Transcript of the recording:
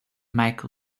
make